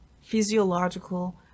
physiological